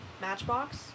Matchbox